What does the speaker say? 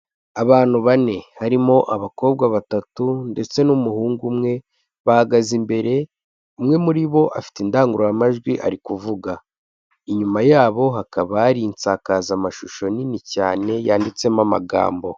Abantu bane, harimo abakobwa batatu ndetse n'umuhungu umwe bahagaze imbere, umwe muri bo afite indangururamajwi ari kuvuga, inyuma yabo hakaba hari insakazamashusho nini cyane yanditsemo amagambo.